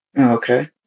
Okay